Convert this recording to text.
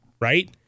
right